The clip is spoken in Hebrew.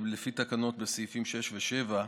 לפי תקנות בסעיפים 6 ו-7,